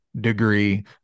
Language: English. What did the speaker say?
Degree